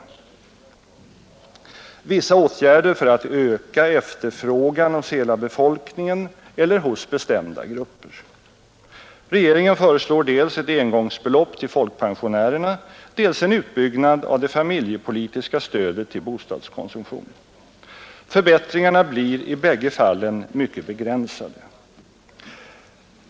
Vissa åtgärder för att öka efterfrågan hos hela befolkningen eller hos bestämda grupper. Regeringen föreslår dels ett engångsbelopp till folkpensionärerna, dels en utbyggnad av det familjepolitiska stödet till bostadskonsumtion. Förbättringarna blir i bägge fallen mycket begränsade.